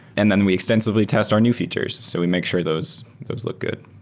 and then we extensively test our new features. so we make sure those those look good.